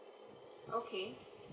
okay